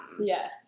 Yes